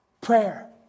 Prayer